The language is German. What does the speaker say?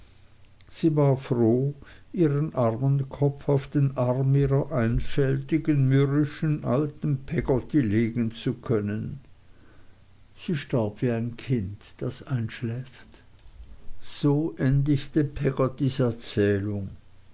sie war froh ihren armen kopf auf den arm ihrer einfältigen mürrischen alten peggotty legen zu können sie starb wie ein kind das einschläft so endigte peggottys erzählung